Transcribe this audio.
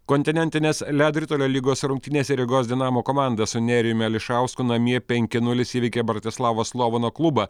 kontinentinės ledo ritulio lygos rungtynėse rygos dinamo komanda su nerijumi ališausku namie penki nulis įveikė bratislavos slovano klubą